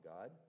God